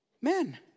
men